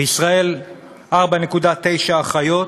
בישראל 4.9 אחיות